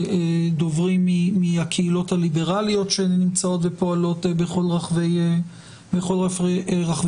דוברים מהקהילות הליברליות שנמצאות ופועלות בכל רחבי אוקראינה.